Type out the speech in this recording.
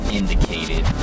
indicated